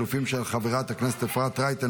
ביטול ממשלת חילופים) של חברת הכנסת אפרת רייטן